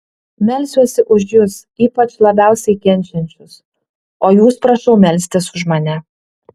melsiuosi už jus ypač labiausiai kenčiančius o jūs prašau melstis už mane